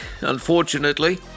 unfortunately